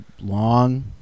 long